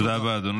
תודה רבה, אדוני.